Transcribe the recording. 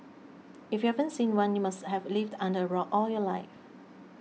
if you haven't seen one you must have lived under a rock all your life